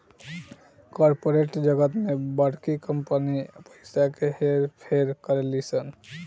corporate जगत में बड़की कंपनी पइसा के हेर फेर करेली सन